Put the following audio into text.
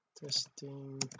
testing